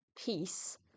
peace